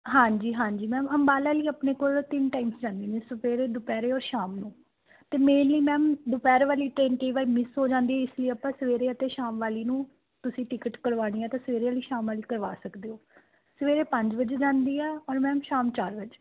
ਹਾਂਜੀ ਹਾਂਜੀ ਮੈਮ ਅੰਬਾਲਾ ਲਈ ਆਪਣੇ ਕੋਲ ਤਿੰਨ ਟਾਈਮਜ਼ ਜਾਂਦੀਆਂ ਸਵੇਰੇ ਦੁਪਹਿਰੇ ਔਰ ਸ਼ਾਮ ਨੂੰ ਅਤੇ ਮੇਨਲੀ ਮੈਮ ਦੁਪਹਿਰ ਵਾਲੀ ਟ੍ਰੇਨ ਕਈ ਵਾਰ ਮਿਸ ਹੋ ਜਾਂਦੀ ਇਸ ਲਈ ਆਪਾਂ ਸਵੇਰੇ ਅਤੇ ਸ਼ਾਮ ਵਾਲੀ ਨੂੰ ਤੁਸੀਂ ਟਿਕਟ ਕਰਵਾਉਣੀ ਹੈ ਤਾਂ ਸਵੇਰੇ ਵਾਲੀ ਸ਼ਾਮ ਵਾਲੀ ਕਰਵਾ ਸਕਦੇ ਹੋ ਸਵੇਰੇ ਪੰਜ ਵਜੇ ਜਾਂਦੀ ਹੈ ਔਰ ਮੈਮ ਸ਼ਾਮ ਚਾਰ ਵਜੇ